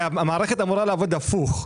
המערכת אמורה לעבוד הפוך.